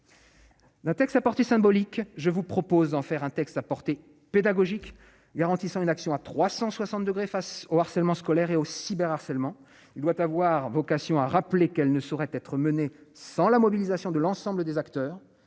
la taxe portée symbolique, je vous propose d'en faire un texte à portée pédagogique garantissant une action à 360 degrés face au harcèlement scolaire et au cyber harcèlement, il doit avoir vocation a rappelé qu'elle ne saurait être menée sans la mobilisation de l'ensemble des acteurs,